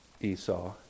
Esau